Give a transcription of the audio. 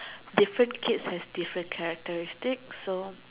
different kids has different characteristic so